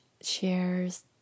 shares